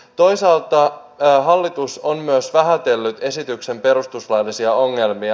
toisaalta hallitus on myös vähätellyt esityksen perustuslaillisia ongelmia